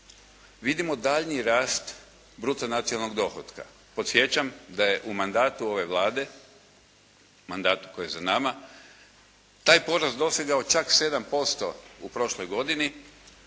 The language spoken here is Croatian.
Vidimo daljnji rast bruto nacionalnog dohotka. Podsjećam da je u mandatu ove Vlade, mandatu koji je za nama taj porast dosegao čak 7% u prošloj godini.